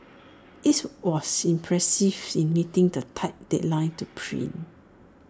IT was impressive in meeting the tight deadline to print